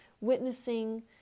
witnessing